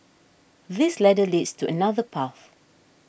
this ladder leads to another path